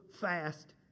fast